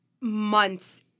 months